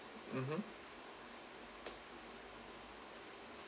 mmhmm